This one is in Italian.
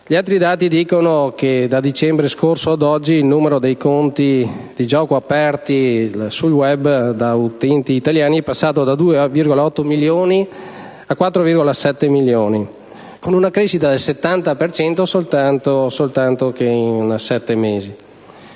gli altri dati, da dicembre scorso ad oggi il numero dei conti di gioco aperti sul *web* da utenti italiani è passato da 2,8 milioni a 4,7 milioni, con una crescita del 70 per cento in soli 7 mesi.